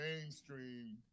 mainstream